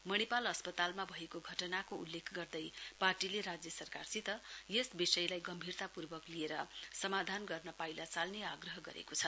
मणिपाल अस्पतालमा भएको घटनाको उल्लेश गर्दै पार्टीले राज्य सरकारसित यस विषयलाई गम्भीरतापूर्वक लिएर समाधान गर्न पाइला चाल्ने आग्रह गरेको छ